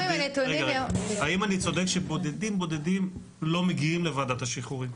האם אני צודק שבודדים-בודדים לא מגיעים לוועדת שחרורים?